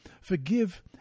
Forgive